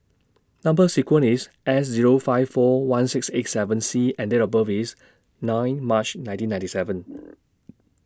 Number sequence IS S Zero five four one six eight seven C and Date of birth IS nine March nineteen ninety seven